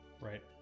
right